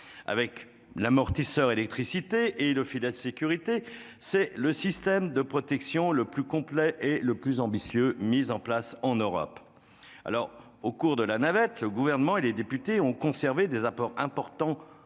Avec l'amortisseur électricité et le filet de sécurité, la France dispose du système de protection le plus complet et le plus ambitieux déployé en Europe. Au cours de la navette parlementaire, le Gouvernement et les députés ont conservé des apports importants